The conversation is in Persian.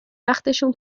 وقتشون